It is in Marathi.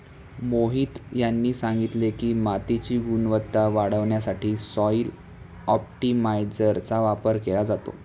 मोहित यांनी सांगितले की, मातीची गुणवत्ता वाढवण्यासाठी सॉइल ऑप्टिमायझरचा वापर केला जातो